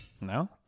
No